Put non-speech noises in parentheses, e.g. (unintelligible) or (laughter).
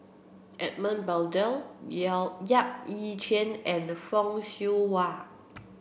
Edmund Blundell (unintelligible) Yap Ee Chian and Fock Siew Wah